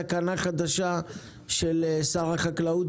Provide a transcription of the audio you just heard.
אני ראיתי תקנה חדשה בפגרה של שר החקלאות